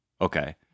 Okay